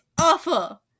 awful